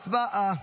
הצבעה.